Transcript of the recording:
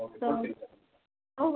so ಅವ್